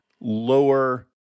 lower